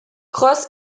cross